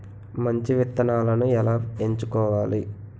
మంచి విత్తనాలను ఎలా ఎంచుకోవాలి?